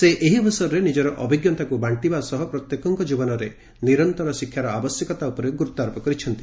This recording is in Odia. ସେ ଏହି ଅବସରରେ ନିଜର ଅଭିଜ୍ଞତାକୁ ବାଣ୍ଟିବା ସହ ପ୍ରତ୍ୟେକଙ୍କ ଜୀବନରେ ନିରନ୍ତର ଶିକ୍ଷାର ଆବଶ୍ୟକତା ଉପରେ ଗୁରୁତ୍ୱାରୋପ କରିଛନ୍ତି